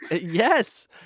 Yes